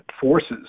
forces